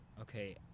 okay